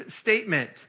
statement